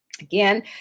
Again